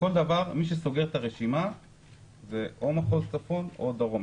כל דבר מי שסוגר את הרשימה זה או מחוז צפון או מחוז דרום.